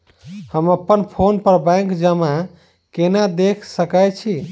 हम अप्पन फोन पर बैंक जमा केना देख सकै छी?